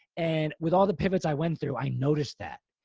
and with all the pivots i went through, i noticed that.